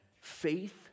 faith